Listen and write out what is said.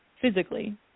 physically